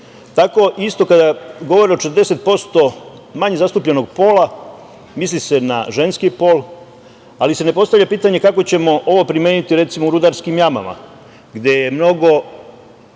tako, kada govore o 40% manje zastupljenog pola, misli se na ženski pol, ali se ne postavlja pitanje kako ćemo ovo primeniti, recimo, u rudarskim jamama, gde je mnogo